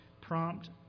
prompt